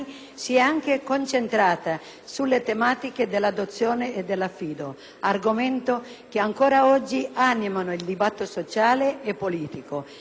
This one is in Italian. si è concentrata anche sulle tematiche dell'adozione e dell'affido, argomenti che ancora oggi animano il dibattito sociale e politico